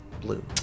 Blue